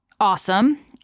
awesome